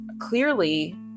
clearly